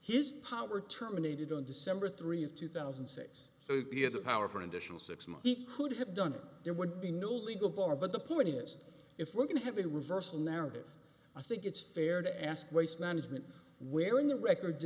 his power terminated on december three of two thousand and six he has a power for an additional six month he could have done it there would be no legal bar but the point is if we're going to have a reversal narrative i think it's fair to ask waste management where in the record